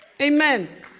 Amen